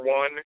one